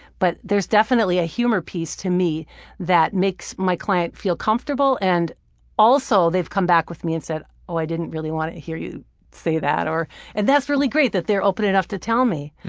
but there's definitely a humor piece to me that makes my client feel comfortable and also they've come back with me and said oh, i didn't really want to hear you say that. and that's really great, that they're open enough to tell me.